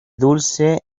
dulce